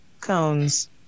Cones